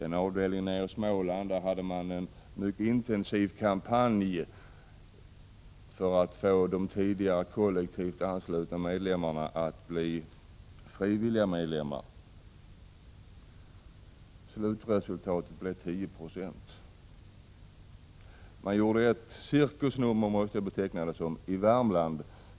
En avdelning nere i Småland hade en mycket intensiv kampanj för att få de tidigare kollektivt anslutna medlemmarna att bli frivilliga medlemmar. Slutresultatet blev 10 26. Man gjorde ett cirkusnummer, måste jag beteckna det som, i Värmland.